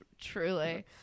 truly